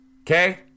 okay